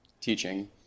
teaching